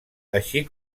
així